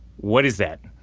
what is that?